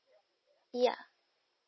ya